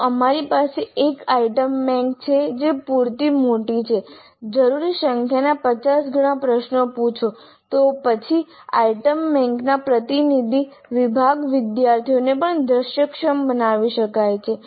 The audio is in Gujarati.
જો અમારી પાસે એક આઇટમ બેંક છે જે પૂરતી મોટી છે જરૂરી સંખ્યાના 50 ગણા પ્રશ્નો પૂછો તો પછી આઇટમ બેંકના પ્રતિનિધિ વિભાગ વિદ્યાર્થીઓને પણ દૃશ્યક્ષમ બનાવી શકાય છે